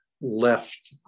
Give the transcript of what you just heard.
left